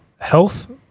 health